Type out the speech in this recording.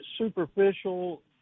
superficial